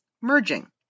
merging